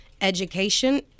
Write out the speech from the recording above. education